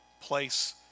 place